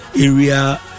area